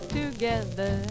together